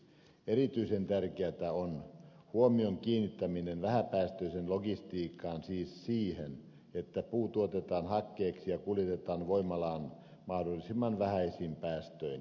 erityisen tärkeätä on huomion kiinnittäminen vähäpäästöiseen logistiikkaan siis siihen että puu tuotetaan hakkeeksi ja kuljetetaan voimalaan mahdollisimman vähäisin päästöin